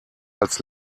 als